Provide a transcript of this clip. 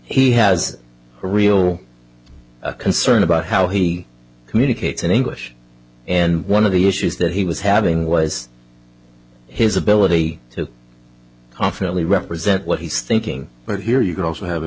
he has a real concern about how he communicates in english and one of the issues that he was having was his ability to confidently represent what he's thinking but here you can also have an